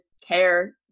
care